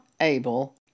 able